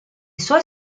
suoi